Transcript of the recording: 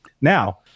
Now